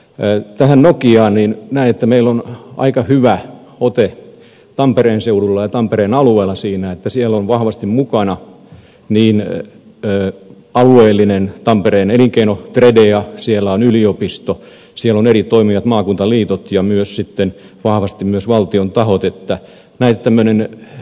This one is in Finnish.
tähän nokiaan näen että meillä on aika hyvä ote tampereen seudulla ja tampereen alueella siinä että siellä on vahvasti mukana alueellinen tampereen elinkeino tredea siellä on yliopisto siellä on eri toimijat maakuntaliitot ja sitten vahvasti myös valtion tahot